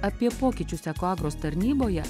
apie pokyčius ekoagros tarnyboje